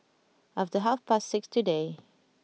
after half past six today